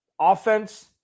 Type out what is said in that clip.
Offense